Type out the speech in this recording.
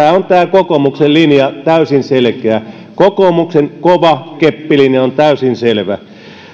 kokoomuksen linja on täysin selkeä kokoomuksen kova keppilinja on täysin selvä tämä